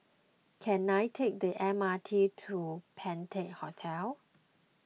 can I take the M R T to Penta Hotel